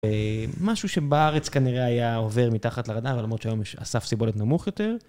משהו שבארץ כנראה היה עובר מתחת לרדאר, אבל למרות שהיום יש הסף סיבולת נמוך יותר.